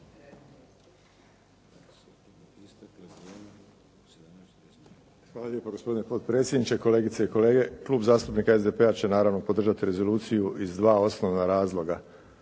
Hvala lijepa, gospodine potpredsjedniče. Kolegice i kolege. Klub zastupnika SDP-a će naravno podržati rezoluciju iz dva osnovna razloga.